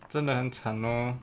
真的很惨 lor